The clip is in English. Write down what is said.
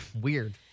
Weird